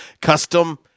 custom